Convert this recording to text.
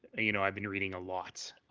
ah you know i've been reading a lot.